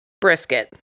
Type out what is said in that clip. brisket